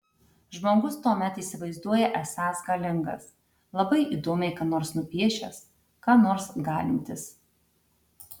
žmogus tuomet įsivaizduoja esąs galingas labai įdomiai ką nors nupiešęs ką nors galintis